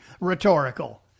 rhetorical